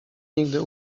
nigdy